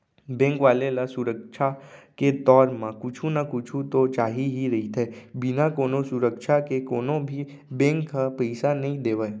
bank वाले ल सुरक्छा के तौर म कुछु न कुछु तो चाही ही रहिथे, बिना कोनो सुरक्छा के कोनो भी बेंक ह पइसा नइ देवय